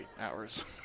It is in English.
hours